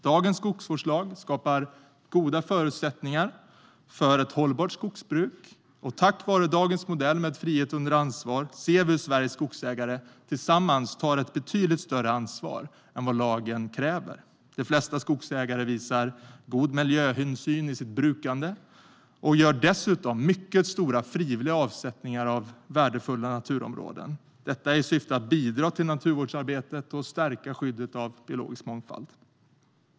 Dagens skogsvårdslag skapar goda förutsättningar för ett hållbart skogsbruk, och tack vare dagens modell med frihet under ansvar ser vi hur Sveriges skogsägare tillsammans tar ett betydligt större ansvar än vad lagen kräver. De flesta skogsägare visar god miljöhänsyn i sitt brukande och gör dessutom mycket stora frivilliga avsättningar av värdefulla naturområden - detta i syfte att bidra till naturvårdsarbetet och stärka skyddet av biologisk mångfald.